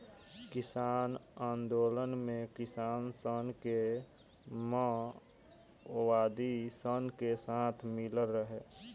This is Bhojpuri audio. किसान आन्दोलन मे किसान सन के मओवादी सन के साथ मिलल रहे